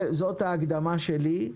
זאת ההקדמה שלי.